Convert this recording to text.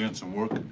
and some work.